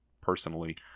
personally